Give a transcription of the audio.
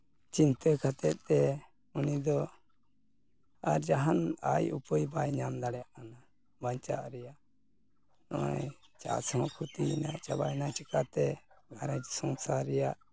ᱪᱤᱱᱛᱟᱹ ᱠᱟᱛᱮᱫ ᱛᱮ ᱩᱱᱤ ᱫᱚ ᱟᱨ ᱡᱟᱦᱟᱱ ᱟᱭ ᱩᱯᱟᱹᱭ ᱵᱟᱭ ᱧᱟᱢ ᱫᱟᱲᱮᱭᱟᱜ ᱠᱟᱱᱟ ᱵᱟᱧᱪᱟᱣ ᱨᱮᱭᱟᱜ ᱱᱚᱜᱼᱚᱸᱭ ᱪᱟᱥ ᱦᱚᱸ ᱠᱷᱚᱛᱤᱭᱮᱱᱟ ᱪᱟᱵᱟᱭᱮᱱᱟ ᱪᱤᱠᱟᱛᱮ ᱜᱷᱟᱨᱚᱸᱡᱽ ᱥᱚᱝᱥᱟᱨ ᱨᱮᱭᱟᱜ